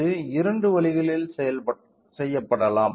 இது இரண்டு வழிகளில் செய்யப்படலாம்